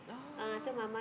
oh